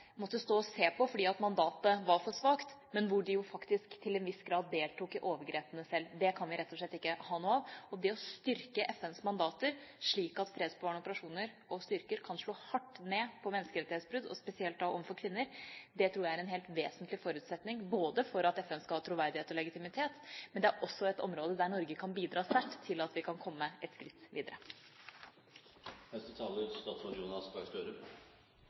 måtte stå og se på fordi mandatet var for svakt, men hvor de til en viss grad faktisk deltok i overgrepene sjøl. Det kan vi rett og slett ikke ha noe av. Det å styrke FNs mandater slik at fredsbevarende operasjoner og styrker kan slå hardt ned på menneskerettighetsbrudd, spesielt overfor kvinner, tror jeg er en helt vesentlig forutsetning for at FN skal ha troverdighet og legitimitet. Men det er også et område der Norge kan bidra sterkt til at vi kan komme et skritt